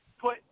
put